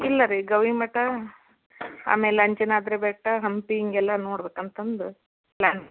ಇಲ್ಲ ರೀ ಗೌರಿ ಮಠ ಆಮೇಲೆ ಅಂಜನಾದ್ರಿ ಬೆಟ್ಟ ಹಂಪಿ ಹೀಗೆಲ್ಲ ನೋಡ್ಬೇಕು ಅಂತಂದು ಪ್ಲಾನ್